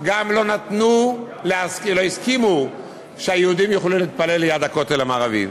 גם לא הסכימו שהיהודים יתפללו ליד הכותל המערבי.